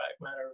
matter